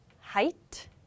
height